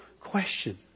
question